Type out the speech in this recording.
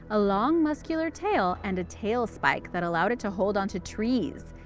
a long muscular tail, and a tail spike that allowed it to hold onto trees.